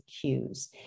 cues